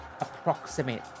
approximate